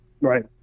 Right